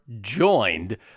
joined